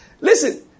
Listen